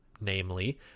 namely